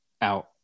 Out